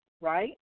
right